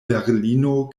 berlino